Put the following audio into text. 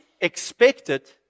expected